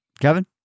Kevin